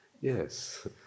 Yes